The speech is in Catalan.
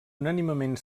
unànimement